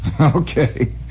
Okay